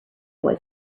boy